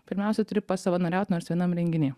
pirmiausia turi pasavanoriaut nors vienam renginį